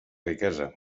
riquesa